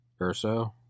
Urso